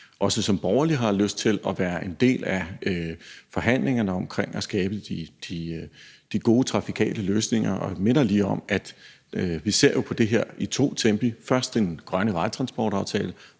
også som borgerlig har lyst til at være en del af forhandlingerne omkring at skabe de gode trafikale løsninger. Og jeg minder lige om, at vi jo ser på det her i to tempi – først med den grønne vejtransportaftale,